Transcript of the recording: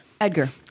Edgar